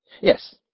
Yes